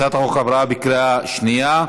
הצעת החוק עברה בקריאה שנייה.